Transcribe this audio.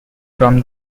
from